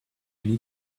need